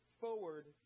forward